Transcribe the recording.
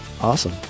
Awesome